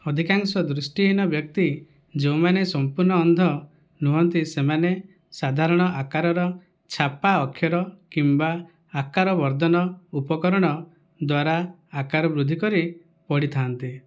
ଅଧିକାଂଶ ଦୃଷ୍ଟିହୀନ ବ୍ୟକ୍ତି ଯେଉଁମାନେ ସମ୍ପୂର୍ଣ୍ଣ ଅନ୍ଧ ନୁହଁନ୍ତି ସେମାନେ ସାଧାରଣ ଆକାରର ଛାପା ଅକ୍ଷର କିମ୍ବା ଆକାର ବର୍ଦ୍ଧନ ଉପକରଣ ଦ୍ୱାରା ଆକାର ବୃଦ୍ଧି କରି ପଢ଼ିଥାନ୍ତି